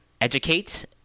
educate